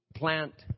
plant